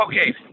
Okay